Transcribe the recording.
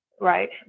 right